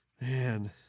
Man